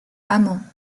amants